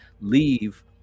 leave